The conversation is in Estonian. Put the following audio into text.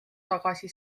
tagasi